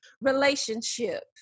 relationship